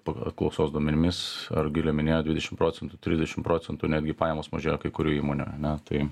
pagal apklausos duomenimis rugilė minėjo dvidešimt procentų trisdešimt procentų netgi pajamos mažėjo kai kurių įmonių ane tai